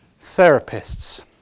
therapists